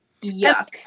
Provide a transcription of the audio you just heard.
Yuck